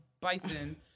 bison